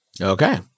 Okay